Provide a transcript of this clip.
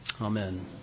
Amen